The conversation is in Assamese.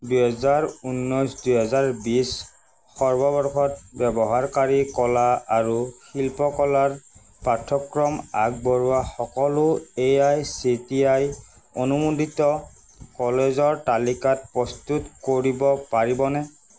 দুহেজাৰ ঊনৈছ দুহেজাৰ বিশ সৰ্ববৰ্ষত ব্যৱহাৰকাৰী কলা আৰু শিল্পকলাৰ পাঠ্যক্ৰম আগবঢ়োৱা সকলো A I C T E অনুমোদিত কলেজৰ তালিকা প্ৰস্তুত কৰিব পাৰিবনে